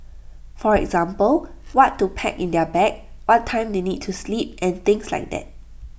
for example what to pack in their bag what time they need to sleep and things like that